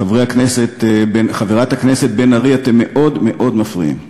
חברת הכנסת בן ארי, אתם מאוד מאוד מפריעים.